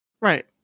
right